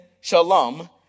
Shalom